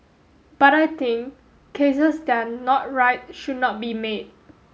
but I think cases that not right should not be made